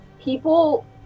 People